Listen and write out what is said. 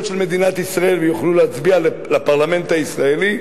של מדינת ישראל ויוכלו ולהצביע לפרלמנט הישראלי.